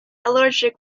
allergic